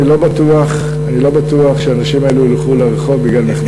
אני לא בטוח שהאנשים האלו ילכו לרחוב בגלל מחדל,